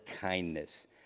kindness